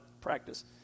practice